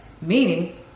Meaning